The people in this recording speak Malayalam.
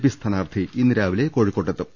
പി സ്ഥാനാർത്ഥി ഇന്ന് രാവിലെ കോഴിക്കോട്ടെത്തും